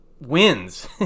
wins